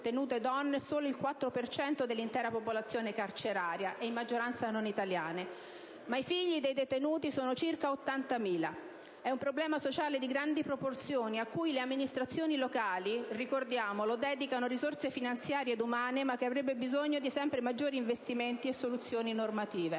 un problema sociale di grandi proporzioni cui le amministrazioni locali - ricordiamolo - dedicano risorse finanziane ed umane, ma che avrebbe bisogno di sempre maggiori investimenti e soluzioni normative.